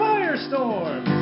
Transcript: Firestorm